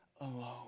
alone